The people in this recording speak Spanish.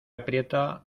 aprieta